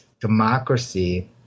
democracy